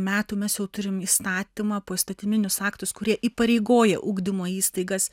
metų mes jau turim įstatymą poįstatyminius aktus kurie įpareigoja ugdymo įstaigas